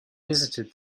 visited